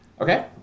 Okay